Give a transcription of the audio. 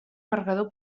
carregador